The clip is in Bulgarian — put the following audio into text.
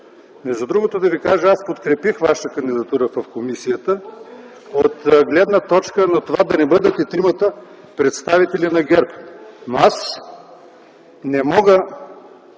Между другото, да Ви кажа, подкрепих вашата кандидатура в комисията от гледна точка на това да не бъдат и тримата представители на ГЕРБ. Но аз не мога